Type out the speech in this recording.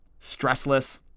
stressless